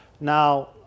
Now